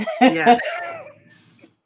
Yes